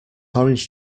orange